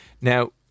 Now